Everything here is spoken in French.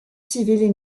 civil